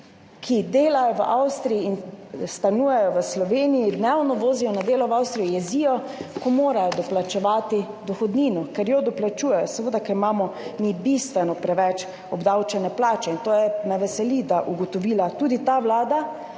ki delajo v Avstriji in stanujejo v Sloveniji ter se dnevno vozijo na delo v Avstrijo, jezijo, ko morajo doplačevati dohodnino, ker jo doplačujejo, seveda, ker imamo mi bistveno preveč obdavčene plače in to je, me veseli, ugotovila tudi ta vlada.